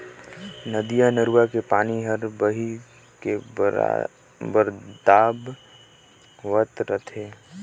नदिया नरूवा के पानी हर बही के बरबाद होवत रथे